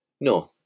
No